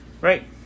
Right